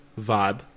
vibe